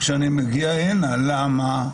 מזלי שאני מגיע הנה, ולמה?